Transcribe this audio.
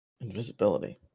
Invisibility